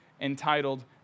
entitled